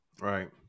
right